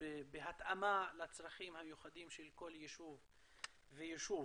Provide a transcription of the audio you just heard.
ובהתאמה לצרכים המיוחדים של כל יישוב ויישוב.